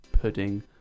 pudding